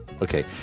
Okay